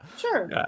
Sure